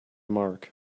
mark